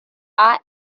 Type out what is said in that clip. are